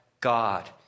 God